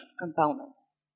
components